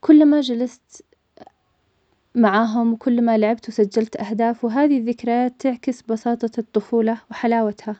كل ما جلست معاهم وكل ما لعبت وسجلت أهداف, وهذي الذكريات تعكس بساطة الطفولة, وحلاوتها.